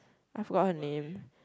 I forgot her name